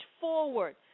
forward